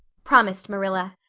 promised marilla.